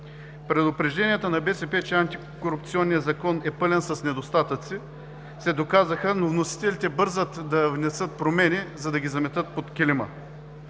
Предупрежденията на БСП, че Антикорупционният закон е пълен с недостатъци се доказаха, но вносителите бързат да внесат промени, за да ги заметат под килима.